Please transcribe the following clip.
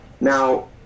Now